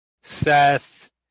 Seth